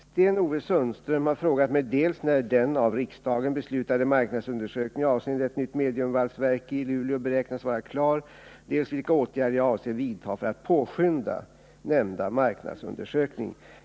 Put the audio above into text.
Sten-Ove Sundström har frågat mig dels när den av riksdagen beslutade marknadsundersökningen, avseende ett nytt mediumvalsverk i Luleå, beräknas vara klar, dels vilka åtgärder jag avser att vidta för att påskynda nämnda marknadsundersökning.